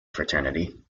fraternity